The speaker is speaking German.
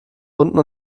unten